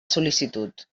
sol·licitud